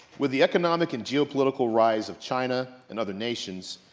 with the economic and geopolitical rise of china, and other nations,